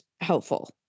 helpful